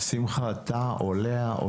שמחה, אתה או לאה או